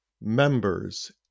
members